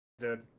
Dead